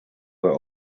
were